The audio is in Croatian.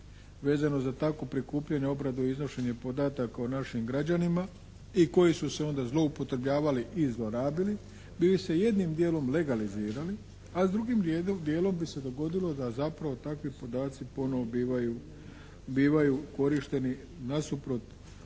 vezano za takvo prikupljanje, obradu i iznošenje podataka o našim građanima i koji su se onda zloupotrebljavali i zlorabili bili se jednim dijelom legalizirali, a s drugom dijelom bi se dogodilo da zapravo takvi podaci ponovo bivaju korišteni nasuprot